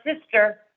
sister